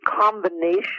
combination